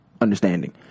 understanding